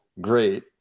great